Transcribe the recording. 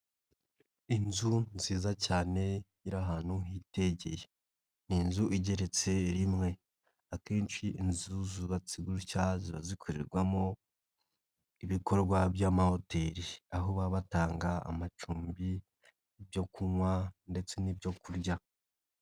Inzu nziza cyane iri ahantu hitegeye, ni inzu igeretse rimwe, akenshi inzu zubatse gutya ziba zikorerwamo ibikorwa by'amahoteli aho baba batanga amacumbi, ibyo kunywa ndetse n'ibyo kurya.